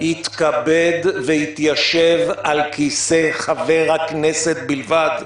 יתכבד וישב על כיסא חבר הכנסת בלבד.